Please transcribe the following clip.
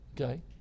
Okay